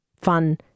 Fun